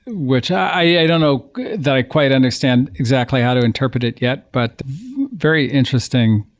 which i don't know that i quite understand exactly how to interpret it yet, but very interesting.